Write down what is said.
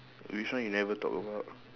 which one you never talk about